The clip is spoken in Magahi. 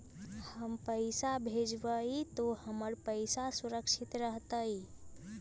हम पैसा भेजबई तो हमर पैसा सुरक्षित रहतई?